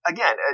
Again